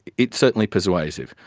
it's certainly persuasive.